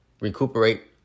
Recuperate